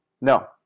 No